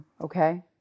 okay